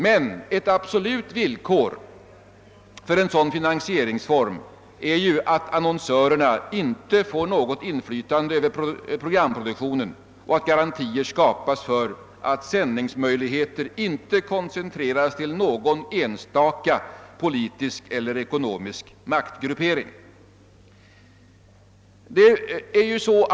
Men ett absolut villkor för en sådan finansie ringsform är ju, att annonsörerna inte får något inflytande över programproduktionen och att garantier skapas för att sändningsmöjligheter inte koncentreras till någon enstaka politisk eller ekonomisk maktgruppering.